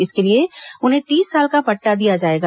इसके लिए उन्हें तीस साल का पट्टा दिया जाएगा